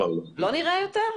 לא נראה יותר?